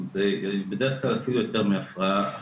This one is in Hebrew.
כלומר זה בדרך כלל יותר מהפרעה נוספת.